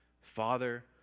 Father